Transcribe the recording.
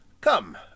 Come